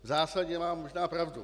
V zásadě má možná pravdu.